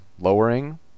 lowering